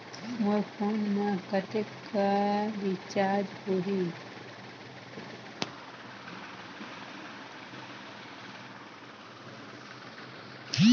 मोर phone मा कतेक कर रिचार्ज हो ही?